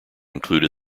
included